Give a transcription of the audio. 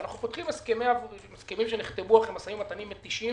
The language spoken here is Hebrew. אנחנו פותחים הסכמים שנחתמו אחרי משאים ומתנים מתישים